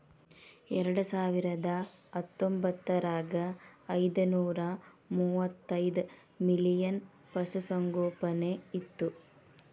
ಎರೆಡಸಾವಿರದಾ ಹತ್ತೊಂಬತ್ತರಾಗ ಐದನೂರಾ ಮೂವತ್ತೈದ ಮಿಲಿಯನ್ ಪಶುಸಂಗೋಪನೆ ಇತ್ತು